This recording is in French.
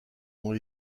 ont